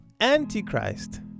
antichrist